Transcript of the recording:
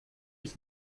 ich